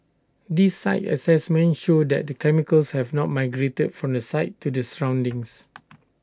these site assessments show that the chemicals have not migrated from the site to the surroundings